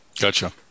Gotcha